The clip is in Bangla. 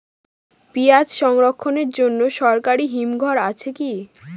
পিয়াজ সংরক্ষণের জন্য সরকারি হিমঘর আছে কি?